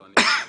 כן.